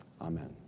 Amen